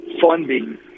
funding